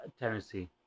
Tennessee